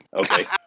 okay